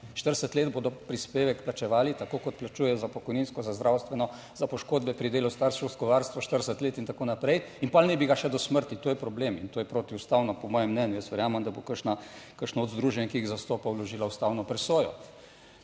40 let bodo prispevek plačevali, tako kot plačujejo za pokojninsko, za zdravstveno, za poškodbe pri delu, starševsko varstvo 40 let in tako naprej, in pol naj bi ga še do smrti. To je problem in to je protiustavno po mojem mnenju. Jaz verjamem, da bo kakšno od združenj, ki jih zastopa vložila ustavno presojo.